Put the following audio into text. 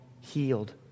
healed